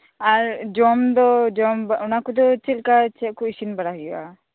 ᱟᱨ ᱡᱚᱢᱫᱚ ᱡᱚᱢ ᱚᱱᱟᱠᱚᱫᱚ ᱪᱮᱫᱞᱮᱠᱟ ᱪᱮᱫᱠᱩ ᱤᱥᱤᱱ ᱵᱟᱲᱟ ᱦᱩᱭᱩᱜ ᱟ